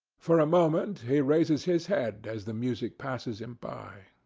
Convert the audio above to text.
for a moment he raises his head as the music passes him by.